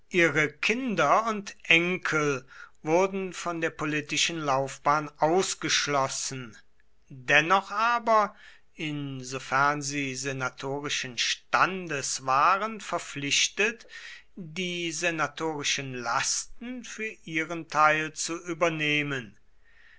ihre kinder und enkel wurden von der politischen laufbahn ausgeschlossen dennoch aber insofern sie senatorischen standes waren verpflichtet die senatorischen lasten für ihren teil zu übernehmen